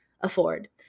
afford